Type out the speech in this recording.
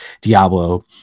diablo